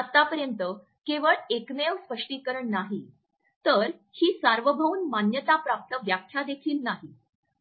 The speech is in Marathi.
हे आतापर्यंत केवळ एकमेव स्पष्टीकरण नाही तर ही सार्वभौम मान्यताप्राप्त व्याख्यादेखील नाही